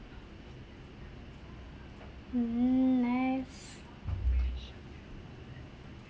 mmhmm